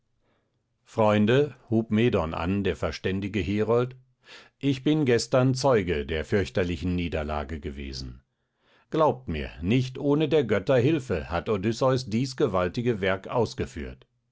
freunde hub medon an der verständige herold ich bin gestern zeuge der fürchterlichen niederlage gewesen glaubt mir nicht ohne der götter hilfe hat odysseus dies gewaltige werk ausgeführt